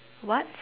what